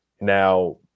now